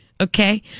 Okay